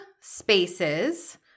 spaces